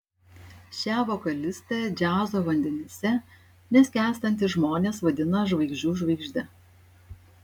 šią vokalistę džiazo vandenyse neskęstantys žmonės vadina žvaigždžių žvaigžde